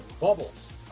bubbles